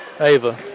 Ava